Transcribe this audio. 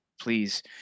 please